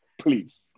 please